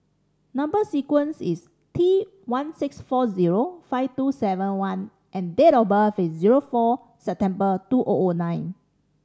number sequence is T one six four zero five two seven one and date of birth is zero four September two O O nine